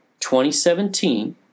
2017